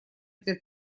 для